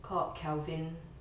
called kelvin